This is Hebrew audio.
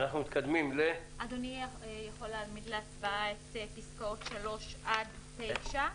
אדוני יכול להעמיד להצבעה את פסקאות (3) עד (9).